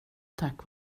tack